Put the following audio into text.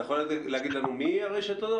אתה יכול לומר לנו מי הרשתות?